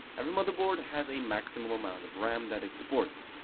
every motherboard has a maximum amount of ram that it supports.